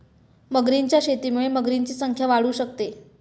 मगरींच्या शेतीमुळे मगरींची संख्या वाढू शकते